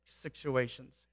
situations